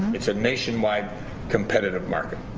it's a nationwide competitive market.